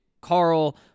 Carl